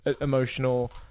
emotional